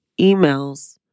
emails